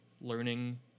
learning